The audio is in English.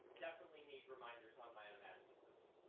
definitely need reminders on my own magic systems.